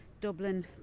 Dublin